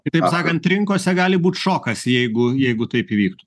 kitaip sakant rinkose gali būt šokas jeigu jeigu taip įvyktų